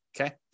okay